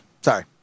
Sorry